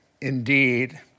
indeed